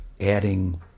adding